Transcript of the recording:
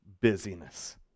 busyness